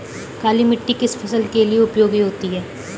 काली मिट्टी किस फसल के लिए उपयोगी होती है?